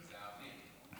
זה האוויר.